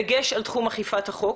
בדגש על תחום אכיפת החוק.